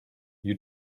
you